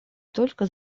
только